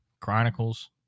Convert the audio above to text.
Chronicles